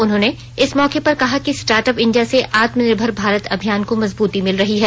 उन्होंने इस मौके पर कहा कि स्टार्टअप इंडिया से आत्मनिर्भर भारत अभियान को मजबृती मिल रही है